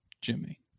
Jimmy